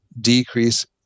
decrease